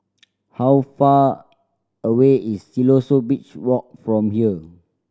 how far away is Siloso Beach Walk from here